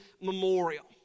memorial